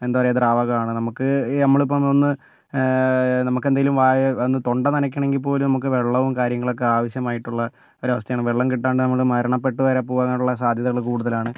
എന്താ പറയുക ദ്രാവകമാണ് നമുക്ക് നമ്മൾ ഇപ്പോൾ ഒന്ന് നമ്മക്കെന്തേലും വായ ഒന്ന് തൊണ്ട നനയ്ക്കണമെങ്കിൽ പോലും നമുക്ക് വെള്ളവും കാര്യങ്ങളൊക്കെ ആവശ്യമായിട്ടുള്ള ഒരവസ്ഥയാണ് വെള്ളം കിട്ടാണ്ട് നമ്മുടെ മരണപ്പെട്ടു വരെ പോകാനുള്ള സാധ്യതകള് കൂടുതലാണ്